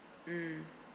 mm